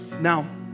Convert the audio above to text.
Now